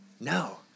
No